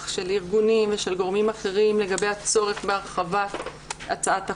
של ארגונים ושל גורמים אחרים לגבי הצורך בהרחבת הצעת החוק.